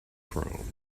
chrome